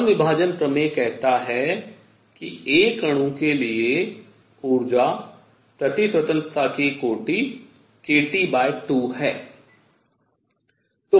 सम विभाजन प्रमेय कहता है कि एक अणु के लिए ऊर्जा प्रति स्वतंत्रता की कोटि kT2 है